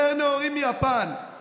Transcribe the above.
יותר נאורים מיפן.